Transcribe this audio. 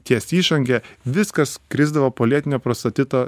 ties išange viskas krisdavo po lėtinio prostatito